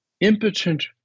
impotent